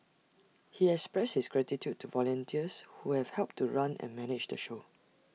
he expressed his gratitude to volunteers who have helped to run and manage the show